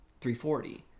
340